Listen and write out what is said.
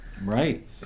Right